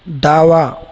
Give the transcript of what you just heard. डावा